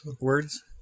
Words